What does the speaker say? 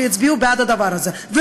שיצביעו בעד זה.